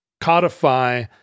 codify